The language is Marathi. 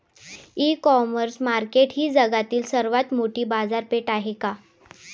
इ कॉमर्स मार्केट ही जगातील सर्वात मोठी बाजारपेठ आहे का?